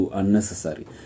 unnecessary